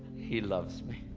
he loves me.